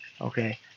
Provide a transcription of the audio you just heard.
okay